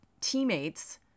teammates